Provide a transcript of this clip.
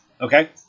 Okay